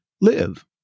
live